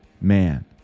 man